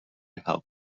help